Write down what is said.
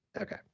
Okay